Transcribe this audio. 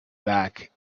back